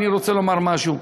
אני רוצה לומר משהו,